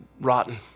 rotten